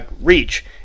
reach